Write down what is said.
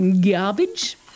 garbage